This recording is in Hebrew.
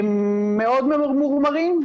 הם מאוד ממורמרים,